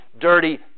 dirty